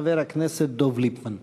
חבר הכנסת דב ליפמן.